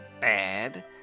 bad